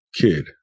kid